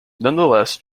nonetheless